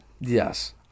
Yes